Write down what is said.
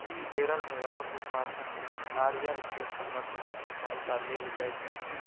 केरल मे रबड़ उत्पादनक लेल नारियल के संरचना के सहायता लेल जाइत अछि